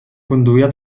conduïa